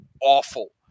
awful